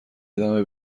ادامه